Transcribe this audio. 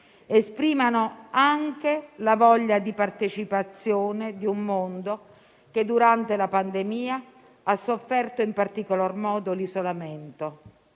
esprimano anche la voglia di partecipazione di un mondo che durante la pandemia ha sofferto in particolar modo l'isolamento.